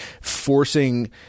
forcing